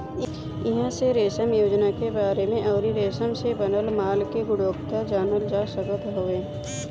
इहां से रेशम योजना के बारे में अउरी रेशम से बनल माल के गुणवत्ता जानल जा सकत हवे